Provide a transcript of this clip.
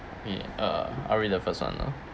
okay uh I read the first [one] lah